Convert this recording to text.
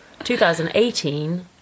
2018